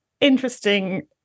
interesting